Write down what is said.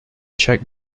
czech